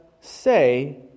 say